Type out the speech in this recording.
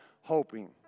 hoping